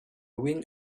wind